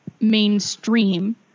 mainstream